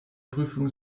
prüfung